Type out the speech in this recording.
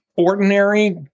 ordinary